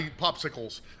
popsicles